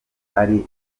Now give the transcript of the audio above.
ari